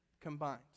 combined